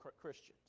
Christians